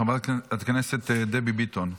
חברת הכנסת דבי ביטון.